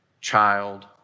child